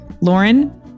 Lauren